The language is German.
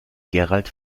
gerald